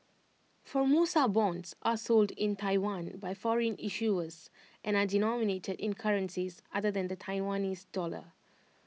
Formosa Bonds are sold in Taiwan by foreign issuers and are denominated in currencies other than the Taiwanese dollar